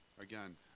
Again